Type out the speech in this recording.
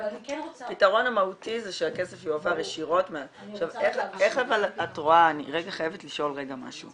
הפתרון המהותי זה שהכסף יועבר ישירות מ- -- אני חייבת לשאול רגע משהו.